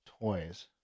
toys